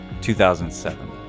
2007